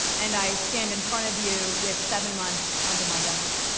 and i stand in front of you, with seven months, under my belt.